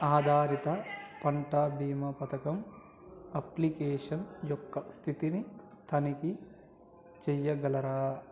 ఆధారిత పంట బీమా పథకం అప్లికేషన్ యొక్క స్థితిని తనిఖీ చెయ్యగలరా